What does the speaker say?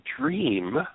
dream